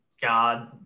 God